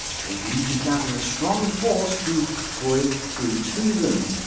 they'd need to gather a strong force to break through to them.